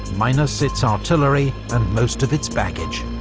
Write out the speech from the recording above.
minus its artillery, and most of its baggage.